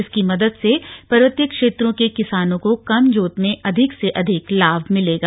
इसकी मदद से पर्वतीय क्षेत्रों के किसानों को कम जोत में अधिक से अधिक लाभ मिलेगा